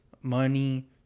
money